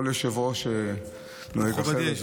כל יושב-ראש נוהג אחרת.